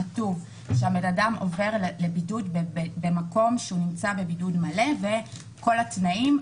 כתוב שהבן אדם עובר לבידוד במקום שהוא נמצא בבידוד מלא עם כל התנאים.